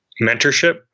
mentorship